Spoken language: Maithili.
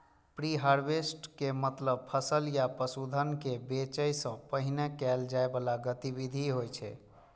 प्रीहार्वेस्ट के मतलब फसल या पशुधन कें बेचै सं पहिने कैल जाइ बला गतिविधि होइ छै